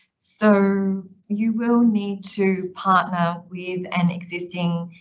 so you will need to partner with an existing,